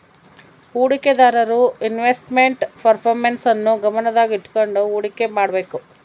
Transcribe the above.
ಹೂಡಿಕೆದಾರರು investment ಪರ್ಪರ್ಮೆನ್ಸ್ ನ್ನು ಗಮನದಾಗ ಇಟ್ಕಂಡು ಹುಡಿಕೆ ಮಾಡ್ಬೇಕು